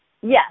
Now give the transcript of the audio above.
Yes